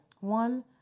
One